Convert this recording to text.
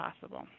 possible